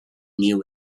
new